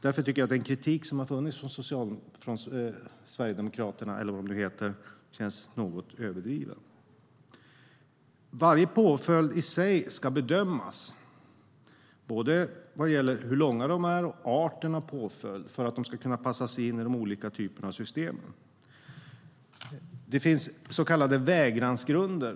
Därför tycker jag att den kritik som har funnits från Sverigedemokraterna känns något överdriven. Varje påföljd ska bedömas, vad gäller både längden och arten av påföljden, för att kunna passas in i de olika typerna av system. Det finns så kallade vägransgrunder.